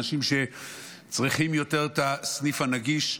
אנשים שצריכים יותר את הסניף הנגיש.